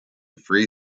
free